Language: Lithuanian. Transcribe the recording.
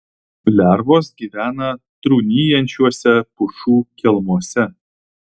lervos gyvena trūnijančiuose pušų kelmuose